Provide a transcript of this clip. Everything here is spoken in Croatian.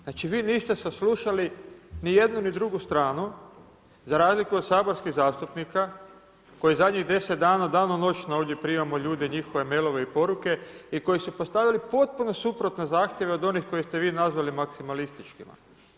Znači vi niste saslušali ni jednu ni drugu stranu za razliku od saborskih zastupnika kojih zadnjih 10 dana danonoćno ovdje primamo ljude, njihove mailove i poruke i koji su postavili potpuno suprotne zahtjeve od onih koje ste vi nazvali maksimalističkima.